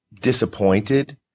disappointed